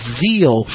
zeal